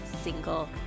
single